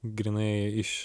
grynai iš